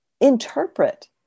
interpret